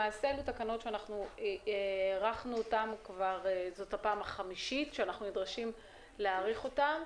למעשה אלו תקנות שזאת כבר הפעם החמישית שאנחנו נדרשים להאריך אותן.